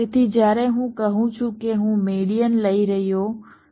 તેથી જ્યારે હું કહું છું કે હું મેડીઅન લઈ રહ્યો છું